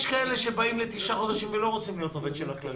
יש רופאים כאלה שבאים לתשעה חודשים ולא רוצים להיות עובדים של הכללית,